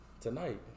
tonight